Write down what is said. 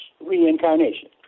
reincarnation